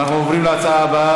הזכאי,